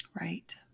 Right